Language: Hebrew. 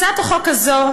הצעת החוק הזאת,